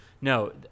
No